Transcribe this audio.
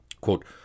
Quote